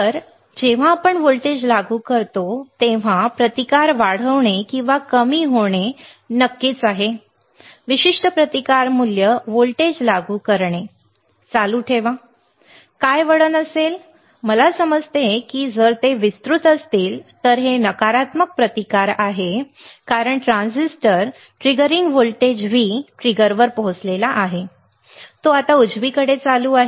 कारण जेव्हा आपण व्होल्टेज लागू करता तेव्हा प्रतिकार वाढणे किंवा कमी होणे होय नक्कीच विशिष्ट प्रतिकार मूल्य व्होल्टेज लागू करणे चालू ठेवा काय वळण असेल मला समजते की जर ते विस्तृत असतील तर हे नकारात्मक प्रतिकार आहे कारण ट्रान्झिस्टर ट्रिगरिंग व्होल्टेज V ट्रिगरवर पोहोचला आहे तो आता उजवीकडे चालू आहे